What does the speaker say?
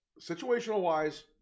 Situational-wise